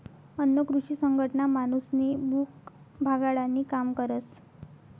अन्न कृषी संघटना माणूसनी भूक भागाडानी काम करस